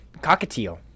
cockatiel